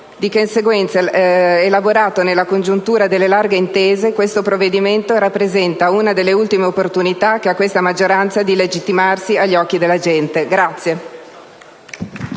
Di conseguenza, elaborato nella congiuntura cosiddetta delle larghe intese, questo provvedimento rappresenta una delle ultime opportunità che ha questa maggioranza di legittimarsi agli occhi della gente.